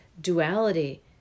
duality